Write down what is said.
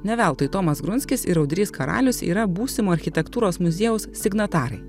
ne veltui tomas grunskis ir audrys karalius yra būsimo architektūros muziejaus signatarai